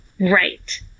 right